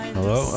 Hello